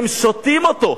הם שותים אותו,